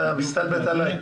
אתה מסתלבט עליי?